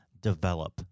develop